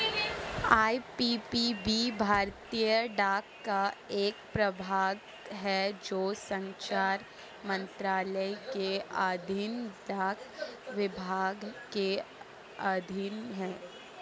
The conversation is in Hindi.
आई.पी.पी.बी भारतीय डाक का एक प्रभाग है जो संचार मंत्रालय के अधीन डाक विभाग के अधीन है